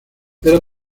era